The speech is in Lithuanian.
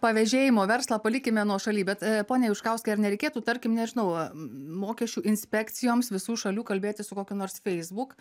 pavežėjimo verslą palikime nuošaly bet pone juškauskai ar nereikėtų tarkim nežinau mokesčių inspekcijoms visų šalių kalbėtis su kokiu nors facebook